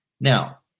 Now